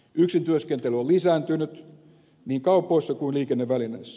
yksintyöskentely on lisääntynyt niin kaupoissa kuin liikennevälineissä